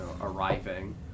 arriving